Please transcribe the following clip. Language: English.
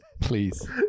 Please